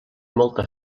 molta